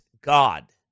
God